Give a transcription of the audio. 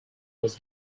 was